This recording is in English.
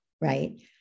right